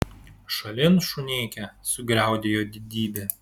šalin šunėke sugriaudėjo didybė